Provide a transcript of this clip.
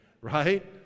right